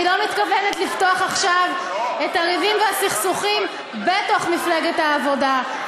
אני לא מתכוונת לפתוח עכשיו את הריבים והסכסוכים בתוך מפלגת העבודה.